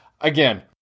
Again